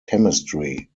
chemistry